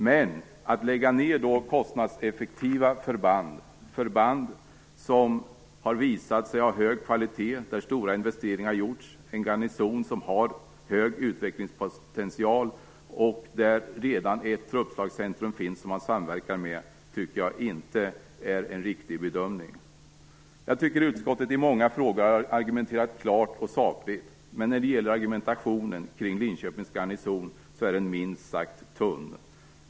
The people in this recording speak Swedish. Men att lägga ned kostnadseffektiva förband - förband som har visat sig ha hög kvalitet där stora investeringar har gjorts, en garnison som har hög utvecklingspotential där truppslagscentrum finns som man samverkar - med anser jag inte vara en riktig bedömning. Jag tycker att utskottet i många frågor har argumenterat klart och sakligt. Men när det gäller argumentationen kring Linköpings garnison är den minst sagt tunn.